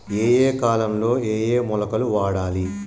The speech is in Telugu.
ఏయే కాలంలో ఏయే మొలకలు వాడాలి?